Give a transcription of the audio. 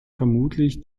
vermutlich